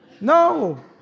No